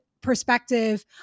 perspective